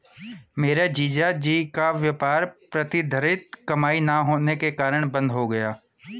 मेरे जीजा जी का व्यापार प्रतिधरित कमाई ना होने के कारण बंद हो गया